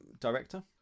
Director